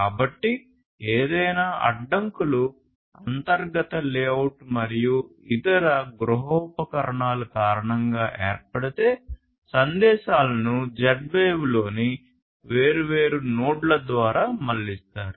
కాబట్టిఏదైనా అడ్డంకులు అంతర్గత లేఅవుట్ మరియు ఇతర గృహోపకరణాల కారణంగా ఏర్పడితే సందేశాలను Z వేవ్లోని వేర్వేరు నోడ్ల ద్వారా మళ్ళిస్తారు